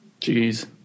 Jeez